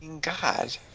God